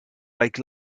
like